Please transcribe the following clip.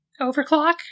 Overclock